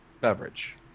beverage